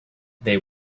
they